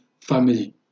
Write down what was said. family